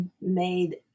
made